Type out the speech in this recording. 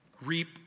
reap